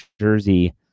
jersey